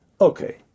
Okay